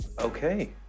Okay